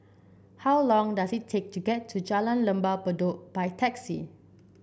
how long does it take to get to Jalan Lembah Bedok by taxi